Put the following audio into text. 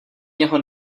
něho